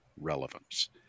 relevance